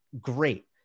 great